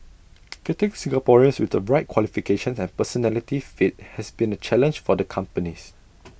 getting Singaporeans with the bright qualifications and personality fit has been A challenge for the companies